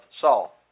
Saul